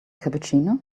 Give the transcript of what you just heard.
cappuccino